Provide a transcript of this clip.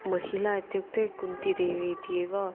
महिला इत्युक्ते कुन्तिदेवी इत्येव